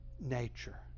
nature